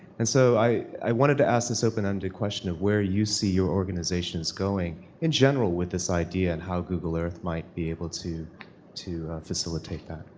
and so i wanted to ask this open ended question of where you see your organizations going in general with this idea and how google earth might be able to to facilitate that?